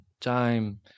Time